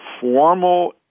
formal